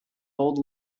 old